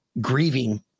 grieving